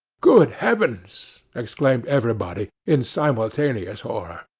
good heavens exclaimed everybody, in simultaneous horror.